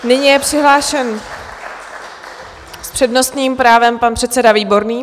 Nyní je přihlášen s přednostním právem pan předseda Výborný.